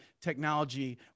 technology